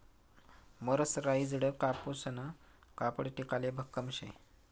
मरसराईजडं कापूसनं कापड टिकाले भक्कम शे